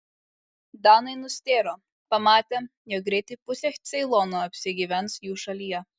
danai nustėro pamatę jog greitai pusė ceilono apsigyvens jų šalyje